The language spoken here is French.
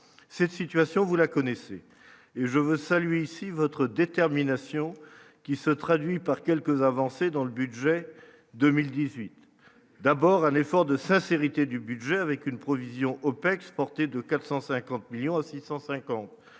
cette situation, vous la connaissez et je veux saluer ici votre détermination qui se traduit par quelques avancées dans le budget 2018, d'abord à l'effort de sincérité du budget avec une provision, hop exporter de 450 millions 650